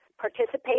participate